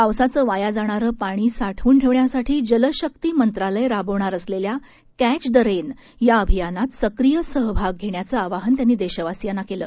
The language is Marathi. पावसाचं वाया जाणारं पाणी साठवून ठेवण्यासाठी जलशक्ती मंत्रालय राबवणार असलेल्या कॅच द रेन या अभियानात सक्रीय सहभाग घेण्याचं आवाहन त्यांनी देशवासीयांना केलं